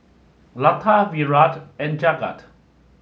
Lata Virat and Jagat